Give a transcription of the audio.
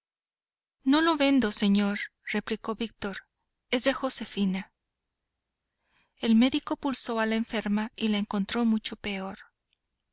no lo vendo señor replicó víctor es de josefina el médico pulsó a la enferma y la encontró mucho peor